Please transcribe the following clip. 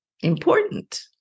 Important